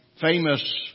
famous